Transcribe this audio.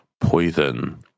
poison